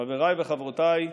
חבריי וחברותיי,